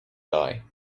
guy